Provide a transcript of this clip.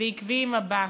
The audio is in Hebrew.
ועקבי עם הבת.